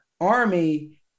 Army